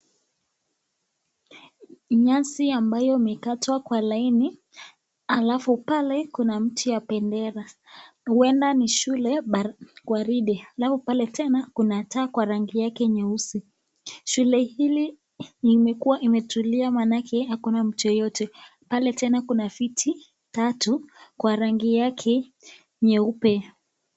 Nyasi ambayo imekatwa kwa laini, halafu pale kuna mti ya bendera. Huenda ni shule pa gwaride. Halafu pale tena kuna taa kwa rangi yake nyeusi. Shule hili imekuwa imetulia maanake hakuna mtu yeyote. Pale tena kuna viti tatu kwa rangi yake nyeupe.